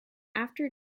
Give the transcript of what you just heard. after